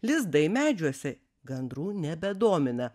lizdai medžiuose gandrų nebedomina